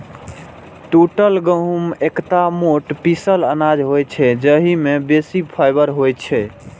टूटल गहूम एकटा मोट पीसल अनाज होइ छै, जाहि मे बेसी फाइबर होइ छै